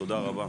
תודה רבה.